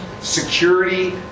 security